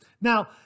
Now